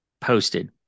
posted